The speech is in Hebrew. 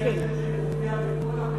אני, השם שלי מופיע בכל החוקים.